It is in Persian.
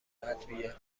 ادویه